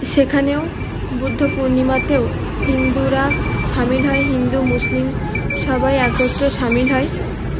সেখানেও বুদ্ধ পূর্ণিমাতেও হিন্দুরা সামিল হয় হিন্দু মুসলিম সবাই একত্রে সামিল হয়